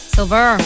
Silver